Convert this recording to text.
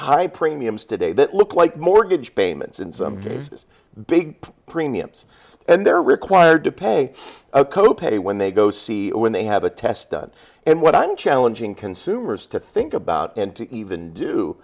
high premiums today that look like mortgage payments in some cases big premiums and they're required to pay a co pay when they go see or when they have a test done and what i'm challenging consumers to think about and to even do